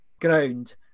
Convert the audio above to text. ground